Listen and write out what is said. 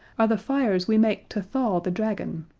are the fires we make to thaw the dragon.